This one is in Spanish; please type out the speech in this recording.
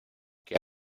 que